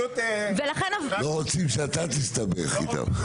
לא רוצים שאתה תסתבך איתם.